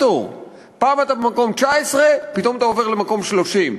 פעם אתה במקום ה-19 ופתאום אתה עובר למקום ה-30,